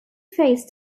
phase